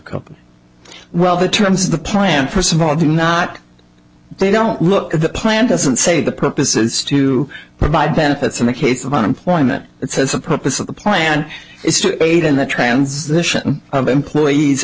company well the terms of the plan for small do not they don't look at the plan doesn't say the purpose is to provide benefits in the case of unemployment it says the purpose of the plan is to aid in the transition of employees